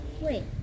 Wait